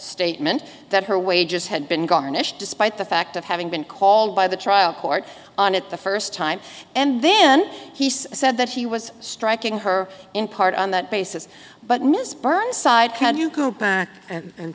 statement that her wages had been garnished despite the fact of having been called by the trial court on it the first time and then he said that he was striking her in part on that basis but miss burnside can you go back and